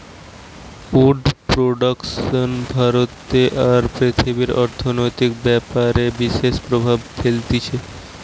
would production ভারতে আর পৃথিবীর অর্থনৈতিক ব্যাপারে বিশেষ প্রভাব ফেলতিছে